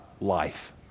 life